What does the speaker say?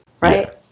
right